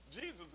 Jesus